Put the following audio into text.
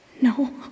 No